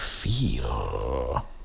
feel